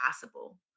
possible